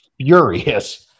furious